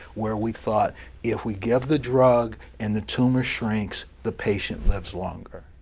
where we thought if we give the drug and the tumor shrinks, the patient lives longer.